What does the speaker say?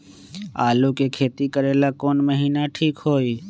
आलू के खेती करेला कौन महीना ठीक होई?